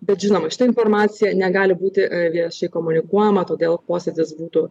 bet žinoma šita informacija negali būti viešai komunikuojama todėl posėdis būtų